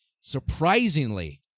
Surprisingly